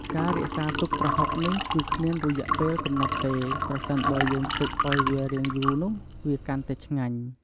ការរក្សាទុកប្រហុកនេះ គឺគ្មានរយៈពេលកំណត់ទេ ប្រសិនបើយើងទុកឱ្យវារៀងយូនោះវាកាន់តែឆ្ងាញ់ ។